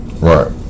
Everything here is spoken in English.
Right